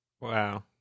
Wow